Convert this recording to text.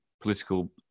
political